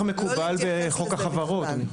מקובל בחוק החברות.